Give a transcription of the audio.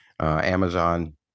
amazon